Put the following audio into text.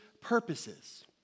purposes